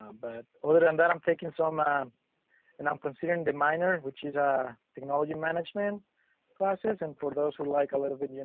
um but other than that, i'm taking some and i'm considering the minor, which is a technology management classes and for those who like a little bit, you